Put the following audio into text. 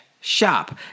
shop